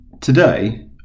today